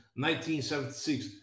1976